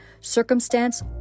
circumstance